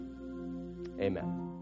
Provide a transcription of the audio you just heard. Amen